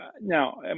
Now